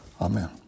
Amen